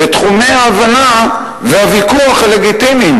בתחומי ההבנה והוויכוח הלגיטימיים.